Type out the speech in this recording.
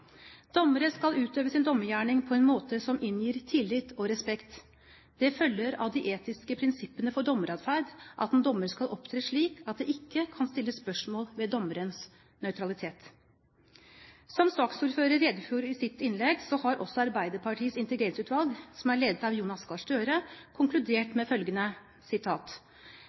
dommere. Dommere skal utøve sin dommergjerning på en måte som inngir tillit og respekt. Det følger av de etiske prinsippene for dommeratferd at en dommer skal opptre slik at det ikke kan stilles spørsmål ved dommerens nøytralitet. Som saksordføreren redegjorde for i sitt innlegg, har også Arbeiderpartiets integreringsutvalg, som er ledet av Jonas Gahr Støre, konkludert med følgende: